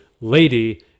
lady